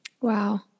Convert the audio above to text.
Wow